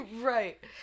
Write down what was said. Right